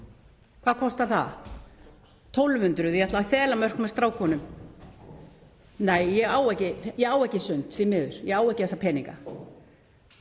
Hvað kostar það? 1.200, ég ætla í Þelamörk með strákunum. Nei, ég á ekki í sund, því miður, ég á ekki þessa peninga.